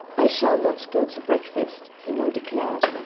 i shall not go to breakfast, he now declared.